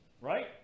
right